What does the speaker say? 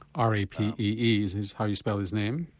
r a p e e is is how you spell his name?